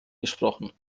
gesprochen